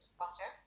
butter